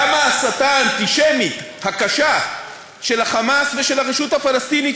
גם ההסתה האנטישמית הקשה של ה"חמאס" ושל הרשות הפלסטינית,